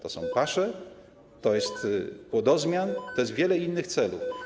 To są pasze, to jest płodozmian, to jest wiele innych celów.